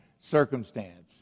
circumstance